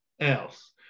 else